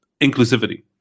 inclusivity